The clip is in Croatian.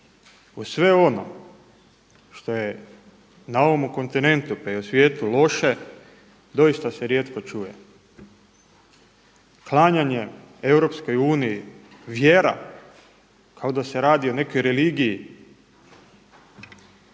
u sve ono što je na ovomu kontinentu pa i u svijetu loše doista se rijetko čuje. Klanjanje EU, vjera kao da se radi o nekoj religiji.